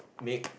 make